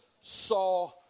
saw